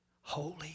Holy